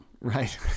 right